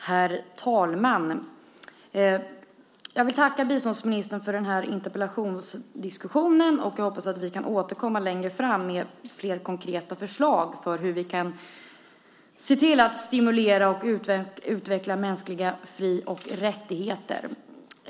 Herr talman! Jag vill tacka biståndsministern för interpellationsdebatten, och jag hoppas att vi kan återkomma längre fram med flera konkreta förslag på hur vi kan se till att stimulera och utveckla mänskliga fri och rättigheter.